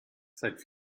seit